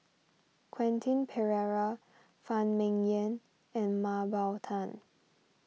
Quentin Pereira Phan Ming Yen and Mah Bow Tan